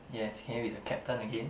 yes can you be the captain again